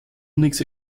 unix